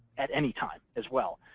at any time, as well.